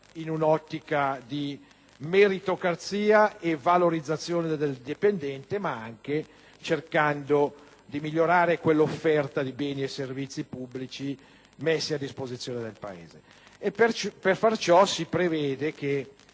in un'ottica di meritocrazia e valorizzazione del dipendente, cercando nel contempo di migliorare l'offerta di beni e servizi pubblici messi a disposizione del Paese. Per fare ciò si prevede